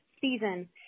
season